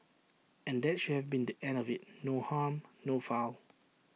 and that should have been the end of IT no harm no foul